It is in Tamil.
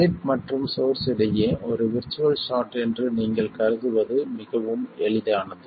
கேட் மற்றும் சோர்ஸ் இடையே ஒரு விர்ச்சுவல் ஷார்ட் என்று நீங்கள் கருதுவது மிகவும் எளிதானது